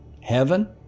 heaven